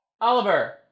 Oliver